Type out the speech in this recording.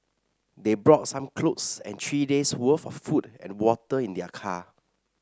they brought some clothes and three days worth of food and water in their car